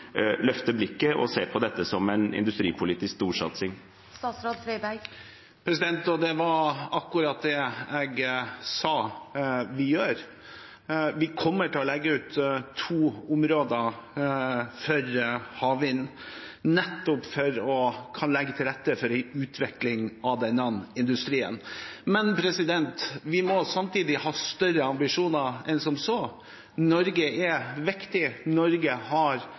se på dette som en industripolitisk storsatsing? Det var akkurat det jeg sa at vi gjør. Vi kommer til å legge ut to områder for havvind – nettopp for å legge til rette for en utvikling av denne industrien. Vi må samtidig ha større ambisjoner enn som så. Norge er viktig. Norge har